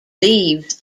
leaves